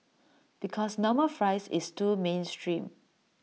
because normal fries is too mainstream